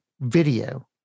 video